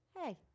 hey